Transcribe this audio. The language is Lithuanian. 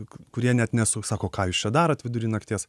kurie net nesu sako ką jūs čia darot vidury nakties